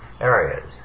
areas